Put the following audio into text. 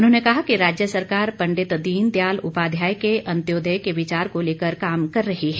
उन्होंने कहा कि राज्य सरकार पंडित दीन दयाल उपाध्याय के अंत्योदय के विचार को लेकर काम कर रही है